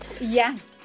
Yes